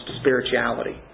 spirituality